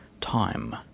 Time